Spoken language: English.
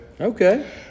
Okay